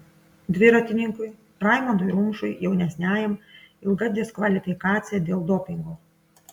dviratininkui raimondui rumšui jaunesniajam ilga diskvalifikacija dėl dopingo